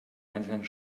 einzelnen